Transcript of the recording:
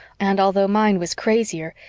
and although mine was crazier,